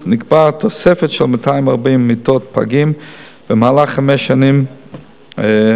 נקבעה תוספת של 240 מיטות פגים במהלך חמש השנים הבאות.